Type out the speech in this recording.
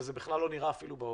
וזה בכלל לא נראה אפילו באופק.